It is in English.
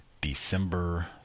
december